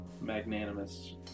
magnanimous